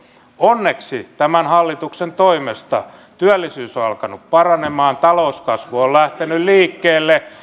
onneksi tämän hallituksen toimesta työllisyys on alkanut paranemaan talouskasvu on lähtenyt liikkeelle